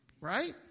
right